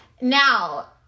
Now